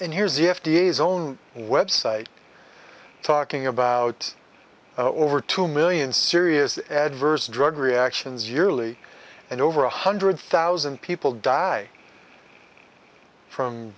and here's the f d a zone website talking about over two million serious adverse drug reactions yearly and over one hundred thousand people die from